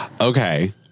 Okay